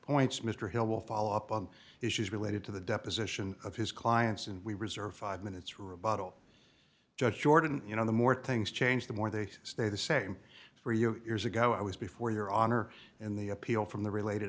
points mr hill will follow up on issues related to the deposition of his client's and we reserve five minutes rebuttal joe jordan you know the more things change the more they stay the same for you years ago it was before your honor in the appeal from the related